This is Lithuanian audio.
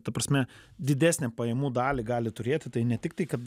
ta prasme didesnę pajamų dalį gali turėti tai ne tik tai kad